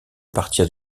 partir